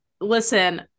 listen